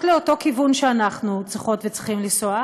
לאותו כיוון שאנחנו צריכות וצריכים לנסוע,